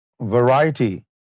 variety